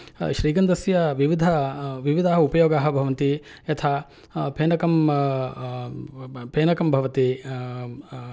श्रीगन्धस्य विविध विविधाः उपयोगाः भवन्ति यथा फेनकं फेनकं भवति